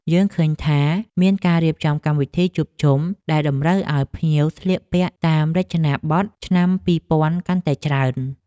យើងឃើញថា មានការរៀបចំកម្មវិធីជួបជុំដែលតម្រូវឱ្យភ្ញៀវស្លៀកពាក់តាមរចនាប័ទ្មឆ្នាំពីរពាន់កាន់តែច្រើន។